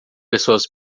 pessoas